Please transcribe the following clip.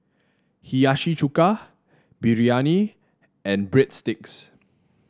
Hiyashi Chuka Biryani and Breadsticks